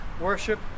worship